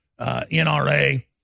NRA